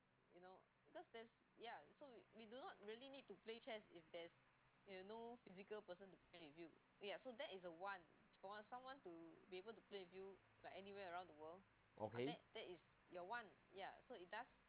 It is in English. okay